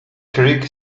creek